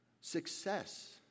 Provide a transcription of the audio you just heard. success